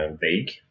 vague